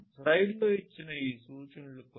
స్లైడ్లో ఇచ్చిన ఈ సూచనలు కొన్ని